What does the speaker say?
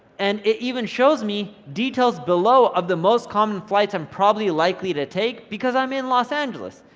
and it even shows me details below of the most common flights i'm probably likely to take because i'm in los angeles.